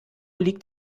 liegt